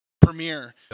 premiere